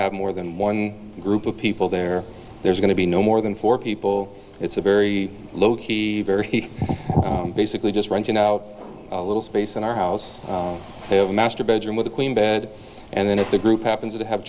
have more than one group of people there there's going to be no more than four people it's a very low key very basically just renting out a little space in our house we have a master bedroom with a queen bed and then if the group happens to have